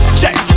check